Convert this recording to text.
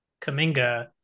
Kaminga